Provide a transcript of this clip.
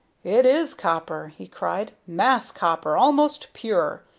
it is copper! he cried. mass copper, almost pure!